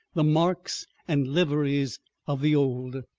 the marks and liveries of the old.